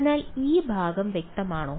അതിനാൽ ഈ ഭാഗം വ്യക്തമാണോ